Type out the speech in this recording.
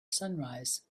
sunrise